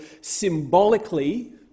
symbolically